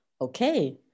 Okay